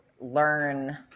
learn